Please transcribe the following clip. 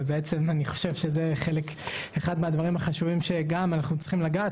ובעצם אני חושב שזה אחד הדברים החשובים שגם אנחנו צריכים לגעת.